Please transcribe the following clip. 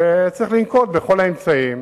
צריך לנקוט את כל האמצעים